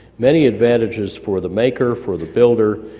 many advantages for the maker, for the builder,